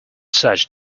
such